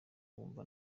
wumva